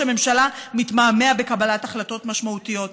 הממשלה מתמהמה בקבלת החלטות משמעותיות?